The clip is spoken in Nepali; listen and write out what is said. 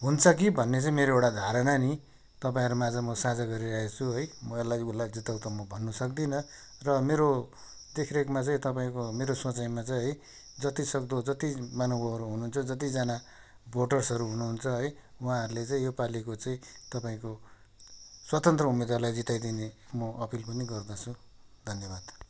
हुन्छ कि भन्ने चाहिँ मेरो एउटा धारणा नि तपाईँहरूमाझ म साझा गरिरहेको छु है म यसलाई उसलाई जिताऊ त म भन्नु सक्दिनँ र मेरो देखरेखमा चाहिँ तपाईँको मेरो सोचाइमा चाहिँ है जतिसक्दो जति महानुभावहरू हुनुहुन्छ जतिजना भोटर्सहरू हुनुहुन्छ है उहाँहरूले चाहिँ योपालिको चाहिँ तपाईँको स्वतन्त्र उम्मेद्वारलाई जिताइदिने म अपिल पनि गर्दछु धन्यवाद